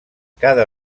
cada